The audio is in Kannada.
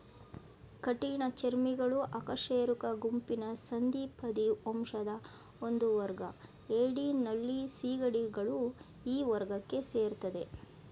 ಕಠಿಣಚರ್ಮಿಗಳು ಅಕಶೇರುಕ ಗುಂಪಿನ ಸಂಧಿಪದಿ ವಂಶದ ಒಂದುವರ್ಗ ಏಡಿ ನಳ್ಳಿ ಸೀಗಡಿಗಳು ಈ ವರ್ಗಕ್ಕೆ ಸೇರ್ತದೆ